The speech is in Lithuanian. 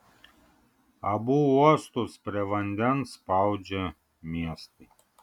abu uostus prie vandens spaudžia miestai